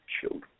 children